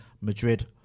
Madrid